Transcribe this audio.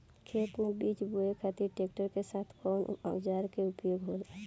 खेत में बीज बोए खातिर ट्रैक्टर के साथ कउना औजार क उपयोग होला?